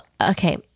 okay